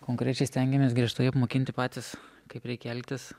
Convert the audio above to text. konkrečiai stengiamės griežtai apmokinti patys kaip reikia elgtis